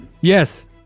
Yes